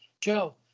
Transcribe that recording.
Joe